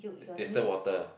distilled water ah